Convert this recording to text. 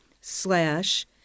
slash